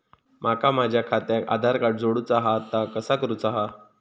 माका माझा खात्याक आधार कार्ड जोडूचा हा ता कसा करुचा हा?